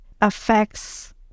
affects